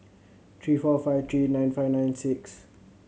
three four five three nine five nine six